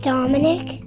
Dominic